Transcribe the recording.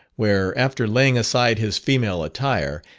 where, after laying aside his female attire,